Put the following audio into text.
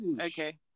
Okay